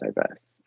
diverse